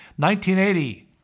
1980